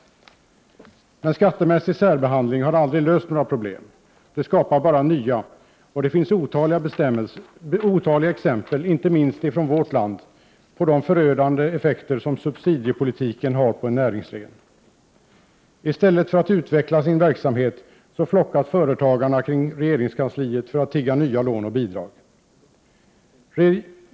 Skattemässig särbehandling har dock aldrig löst några problem — det skapar bara nya. Det finns otaliga exempel, inte minst från vårt land, på de förödande effekter som subsidiepolitiken har på en näringsgren. I stället för att utveckla sin verksamhet flockas företagarna kring regeringskansliet för att tigga nya lån och bidrag.